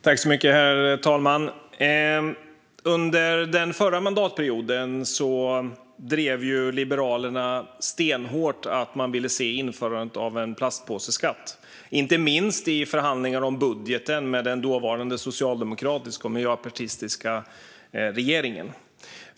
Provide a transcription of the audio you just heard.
Herr talman! Under den förra mandatperioden drev Liberalerna stenhårt att man ville se införandet av en plastpåseskatt, inte minst i förhandlingar om budgeten med den dåvarande socialdemokratiska och miljöpartistiska regeringen.